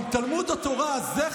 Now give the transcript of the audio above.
אבל תלמוד התורה הזה,